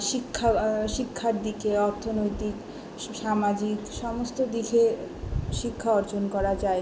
শিক্ষা শিক্ষার দিকে অর্থনৈতিক সামাজিক সমস্ত দিকে শিক্ষা অর্জন করা যায়